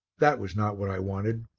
that was not what i wanted.